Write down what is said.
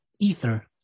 Ether